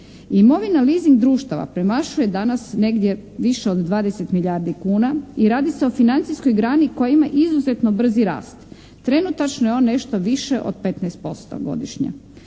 Imovina leasing društava premašuje danas negdje više od 20 milijardi kuna i radi se o financijskoj grani koja ima izuzetno brzi rast. Trenutačno je on nešto više od 15% godišnje.